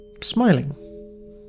smiling